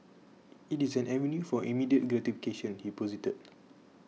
it is an avenue for immediate gratification he posited